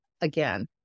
again